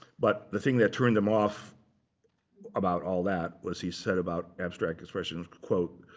but the thing that turned him off about all that, was he said about abstract expression, quote,